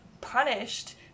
punished